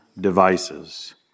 devices